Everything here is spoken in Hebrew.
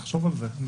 נחשוב על זה.